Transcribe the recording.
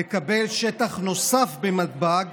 נקבל שטח נוסף בנתב"ג